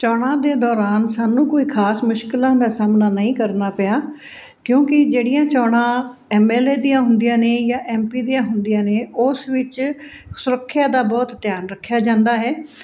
ਚੌਣਾਂ ਦੇ ਦੌਰਾਨ ਸਾਨੂੰ ਕੋਈ ਖਾਸ ਮੁਸ਼ਕਿਲਾਂ ਦਾ ਸਾਹਮਣਾ ਨਹੀਂ ਕਰਨਾ ਪਿਆ ਕਿਉਂਕਿ ਜਿਹੜੀਆਂ ਚੋਣਾਂ ਐਮਐਲਏ ਦੀਆਂ ਹੁੰਦੀਆਂ ਨੇ ਜਾਂ ਐਮਪੀ ਦੀਆਂ ਹੁੰਦੀਆਂ ਨੇ ਉਸ ਵਿੱਚ ਸੁਰੱਖਿਆ ਦਾ ਬਹੁਤ ਧਿਆਨ ਰੱਖਿਆ ਜਾਂਦਾ ਹੈ